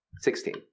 Sixteen